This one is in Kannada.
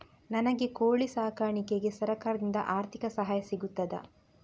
ನನಗೆ ಕೋಳಿ ಸಾಕಾಣಿಕೆಗೆ ಸರಕಾರದಿಂದ ಆರ್ಥಿಕ ಸಹಾಯ ಸಿಗುತ್ತದಾ?